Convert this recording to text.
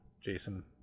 Jason